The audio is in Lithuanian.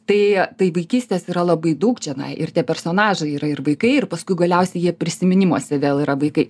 tai tai vaikystės yra labai daug čionai ir tie personažai yra ir vaikai ir paskui galiausiai jie prisiminimuose vėl yra vaikai